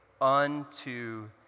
unto